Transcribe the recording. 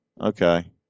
Okay